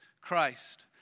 Christ